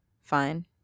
fine